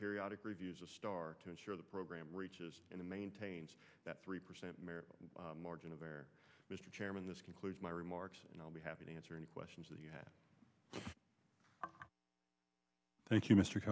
periodic reviews of star to ensure the program reaches and maintains that three percent margin of error mr chairman this concludes my remarks and i'll be happy to answer any questions that you have thank you m